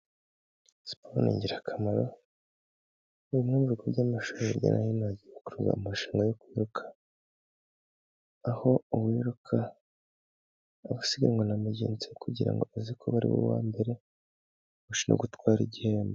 Siporo ni ingirakamaro bimwe mu bigo by'amashuri bigira amarushanwa yo kwiruka, aho uwiruka aba asiganwa na mugenzi we, kugira ngo aze kuba ariwe wa mbere uza gutwara igihembo.